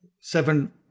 seven